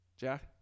jack